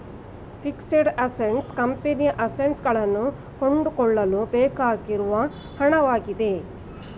fixed assets ಕಂಪನಿಯ assets ಗಳನ್ನು ಕೊಂಡುಕೊಳ್ಳಲು ಬೇಕಾಗಿರುವ ಹಣವಾಗಿದೆ